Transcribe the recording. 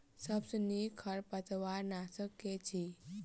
सबसँ नीक खरपतवार नाशक केँ अछि?